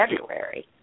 February